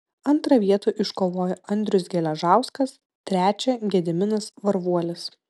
antrą vietą iškovojo andrius geležauskas trečią gediminas varvuolis